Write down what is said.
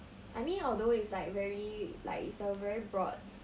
I mean although it's like very like it's a very broad